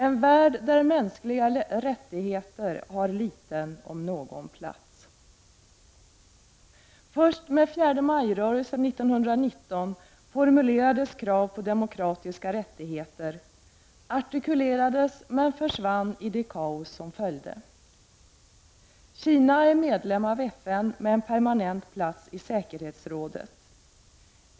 En värld där mänskliga rättigheter har liten om någon plats. Först med fjärdemajrörelsen 1919 formulerades krav på demokratiska rättigheter — artikulerades, men försvann i det kaos som följde. Kina är medlem av FN med en permanent plats i säkerhetsrådet.